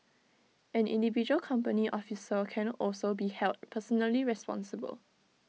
an individual company officer can also be held personally responsible